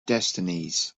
destinies